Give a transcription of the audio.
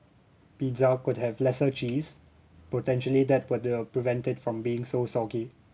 pizza could have lesser cheese potentially that would uh prevent it from being so soggy